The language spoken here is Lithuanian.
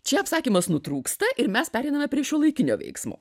čia apsakymas nutrūksta ir mes pereiname prie šiuolaikinio veiksmo